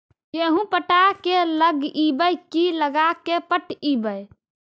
गेहूं पटा के लगइबै की लगा के पटइबै?